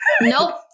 Nope